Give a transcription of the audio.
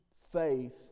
Faith